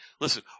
Listen